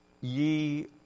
ye